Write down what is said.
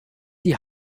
die